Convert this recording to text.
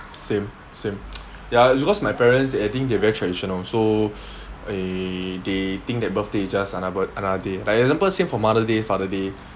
same same ya because my parents I think they're very traditional so eh they think that birthday is just another b~ another day like example same for mother day father day